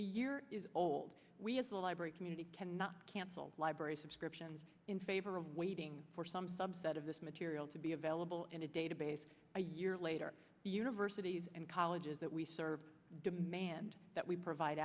year old we as a library community cannot cancel library subscriptions in favor of waiting for some subset of this material to be available in a database a year later universities and colleges that we serve demand that we provide